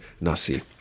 Nasi